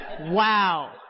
wow